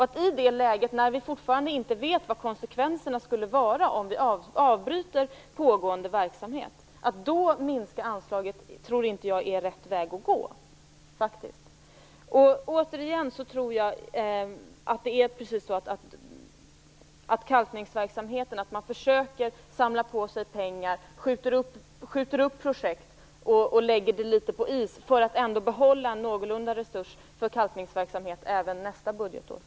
Att i det läget, när vi fortfarande inte vet vilka konsekvenserna skulle bli om vi avbröt pågående verksamhet, minska anslaget, det tror jag inte är rätt väg att gå. Jag tror som sagt att det är så att man inom kalkningsverksamheten försöker samla på sig pengar, skjuter upp projekt och lägger dem litet på is för att ändå behålla en del resurser för kalkningsverksamhet även nästa budgetår.